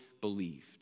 believed